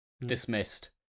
dismissed